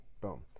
Boom